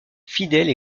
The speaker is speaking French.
fidèle